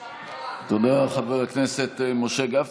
תודה, חבר הכנסת משה גפני.